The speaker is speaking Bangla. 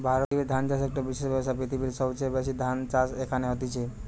ভারতে ধান চাষ একটো বিশেষ ব্যবসা, পৃথিবীর সবচেয়ে বেশি ধান চাষ এখানে হতিছে